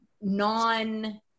non